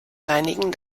reinigen